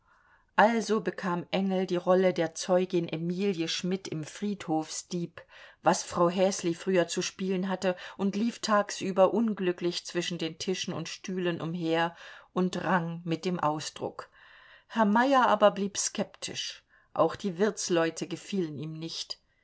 also bekam engel die rolle der zeugin emilie schmidt im friedhofsdieb was frau häsli früher zu spielen hatte und lief tagsüber unglücklich zwischen den tischen und stühlen umher und rang mit dem ausdruck herr meyer aber blieb skeptisch auch die wirtsleute gefielen ihm nicht